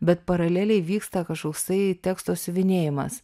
bet paraleliai vyksta kažkoksai teksto siuvinėjimas